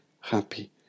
happy